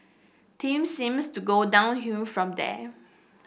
things seems to go downhill from there